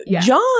john